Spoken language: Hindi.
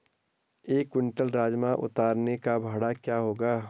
एक क्विंटल राजमा उतारने का भाड़ा क्या होगा?